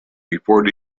before